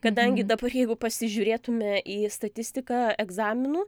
kadangi dabar jeigu pasižiūrėtume į statistiką egzaminų